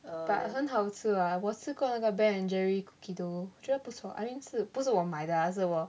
but 很好吃 [what] 我吃过那个 ben and jerry cookie dough 我觉得不错 I mean 是不是我买的啊是我